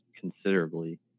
considerably